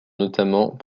notamment